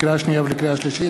לקריאה שנייה ולקריאה שלישית: